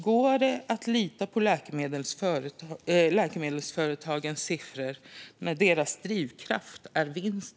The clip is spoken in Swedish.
Går det att lita på läkemedelsföretagens siffror när deras drivkraft är vinst?